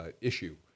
issue